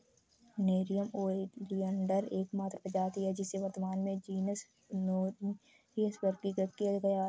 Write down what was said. nerium oleander एकमात्र प्रजाति है जिसे वर्तमान में जीनस नेरियम में वर्गीकृत किया गया है